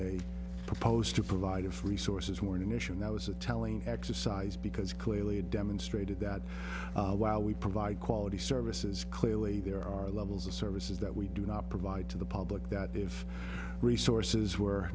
they propose to provide of resources morning edition that was a telling exercise because clearly demonstrated that while we provide quality services clearly there are levels of services that we do not provide to the public that if resources were